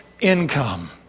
income